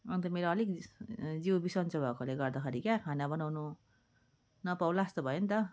अन्त मेरो अलिक जिउ बिसन्चो भएकोले गर्दाखेरि क्या खाना बनाउनु नपाउला जस्तो भयो नि त